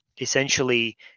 essentially